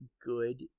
good